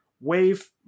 Wave